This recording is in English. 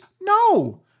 No